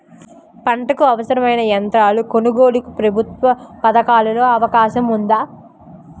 పంటకు అవసరమైన యంత్రాల కొనగోలుకు ప్రభుత్వ పథకాలలో అవకాశం ఉందా?